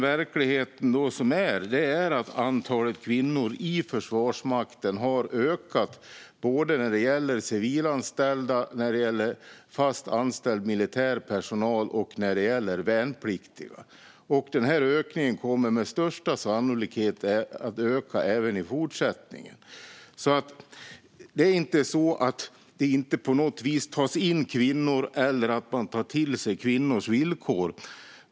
Verkligheten är att antalet kvinnor i Försvarsmakten har ökat både när det gäller civilanställda, fast anställd militär personal och värnpliktiga. Denna ökning kommer med största sannolikhet att fortsätta, och öka ännu mer, även i fortsättningen. Det är alltså inte på något sätt så att det inte tas in kvinnor eller att man inte tar till sig kvinnors villkor.